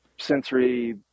sensory